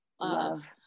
love